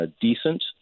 decent